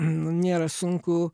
nu nėra sunku